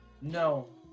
No